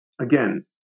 again